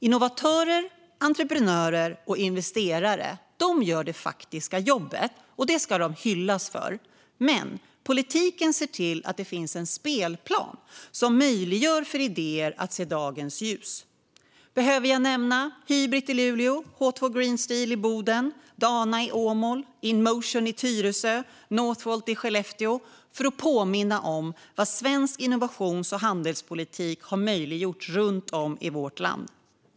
Innovatörer, entreprenörer och investerare gör det faktiska jobbet, och det ska de hyllas för. Men politiken ser till att det finns en spelplan som möjliggör för idéer att se dagens ljus. Behöver jag nämna Hybrit i Luleå, H2 Green Steel i Boden, Dana i Åmål, Inmotion i Tyresö och Northvolt i Skellefteå för att påminna om vad svensk innovations och handelspolitik har möjliggjort runt om i vårt land?